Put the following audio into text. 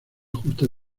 justo